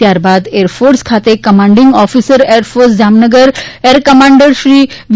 ત્યારબાદ એરફોર્સ ખાતે commanding officer air force Jamnagar air કમાન્ડરશ્રી વી